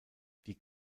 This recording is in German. die